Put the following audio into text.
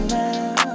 now